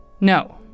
No